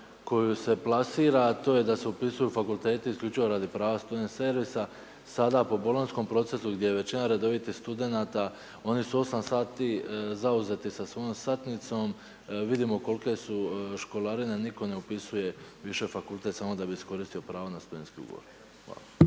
koju se plasira, a to je da se upisuju fakulteti isključivo radi prava student servisa sada po bolonjskom procesu gdje većina redovitih studenata oni su 8 sati zauzeti sa svojom satni som, vidimo kolike su školarine, nitko ne upisuje više fakultet samo da bi iskoristio pravo na studentski ugovor. Hvala